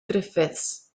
griffiths